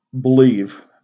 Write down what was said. believe